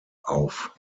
auf